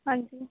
ਹਾਂਜੀ